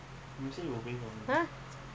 my father also